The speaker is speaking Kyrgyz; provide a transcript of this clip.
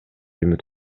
үмүт